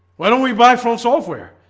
why don't we buy phone software?